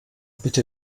bitte